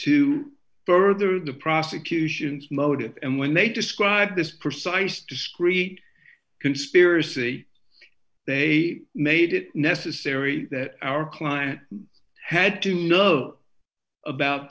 to further the prosecution's motive and when they describe this precise discrete conspiracy they made it necessary that our client had to know about